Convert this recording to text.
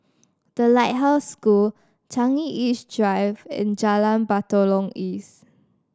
The Lighthouse School Changi East Drive and Jalan Batalong East